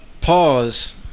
Pause